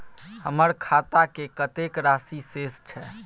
हमर खाता में कतेक राशि शेस छै?